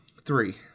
three